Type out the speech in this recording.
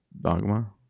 Dogma